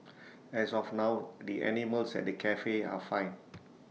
as of now the animals at the Cafe are fine